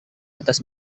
atas